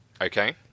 Okay